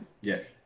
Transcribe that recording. Yes